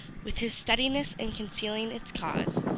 with his steadiness in concealing its cause,